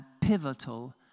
pivotal